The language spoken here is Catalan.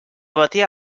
batia